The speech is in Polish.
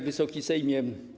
Wysoki Sejmie!